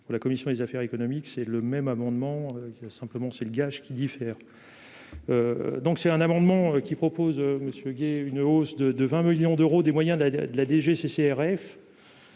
pour la commission des affaires économiques, c'est le même amendement qui a simplement c'est le gage qui diffère. Donc c'est un amendement qui propose monsieur Guy et une hausse de de 20 millions d'euros, des moyens de la de la DGCCRF.